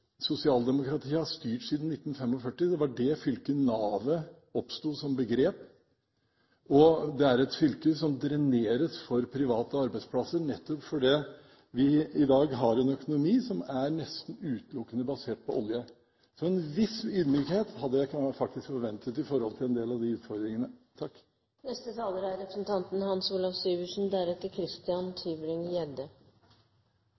har styrt siden 1945. Det var i dette fylket å «nave» oppsto som begrep, og det er et fylke som dreneres for private arbeidsplasser, nettopp fordi vi i dag har en økonomi som nesten utelukkende er basert på olje. Så en viss ydmykhet hadde jeg faktisk forventet når det gjelder en del av de utfordringene.